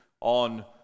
on